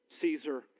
Caesar